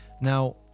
Now